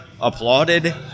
applauded